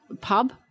pub